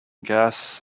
gas